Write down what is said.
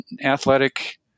athletic